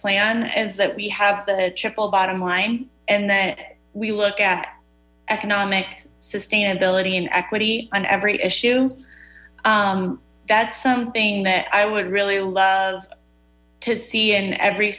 plan is that we have the triple bottom line and that we look at economic sustainability equity on every issue some thing that i would really love to see in every